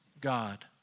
God